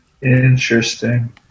Interesting